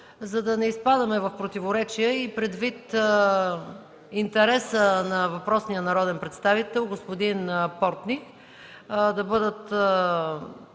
за да не изпадаме в противоречия и предвид интереса на въпросния народен представител господин Портних, да бъдат